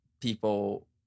people